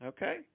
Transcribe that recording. Okay